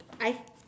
I